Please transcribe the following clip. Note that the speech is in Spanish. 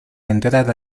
entrada